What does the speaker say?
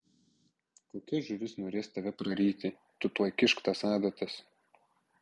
kokia žuvis norės tave praryti tu tuoj kišk tas adatas